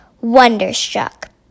Wonderstruck